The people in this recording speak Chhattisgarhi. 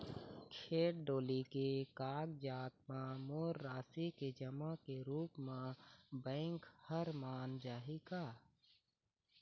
खेत डोली के कागजात म मोर राशि के जमा के रूप म बैंक हर मान जाही का?